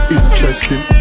interesting